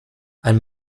ein